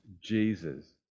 Jesus